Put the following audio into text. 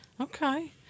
Okay